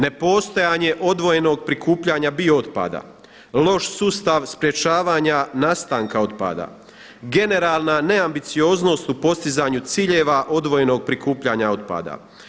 Nepostojanje odvojenog prikupljanja biootpada, loš sustav sprječavanja nastanka otpada, generalan neambicioznost u postizanju ciljeva odvojenog prikupljanja otpada.